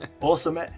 Awesome